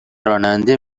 راننده